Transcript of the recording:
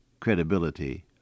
credibility